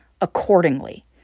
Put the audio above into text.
accordingly